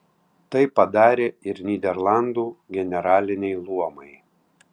tai padarė ir nyderlandų generaliniai luomai